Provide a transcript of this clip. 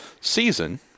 season